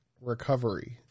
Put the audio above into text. recovery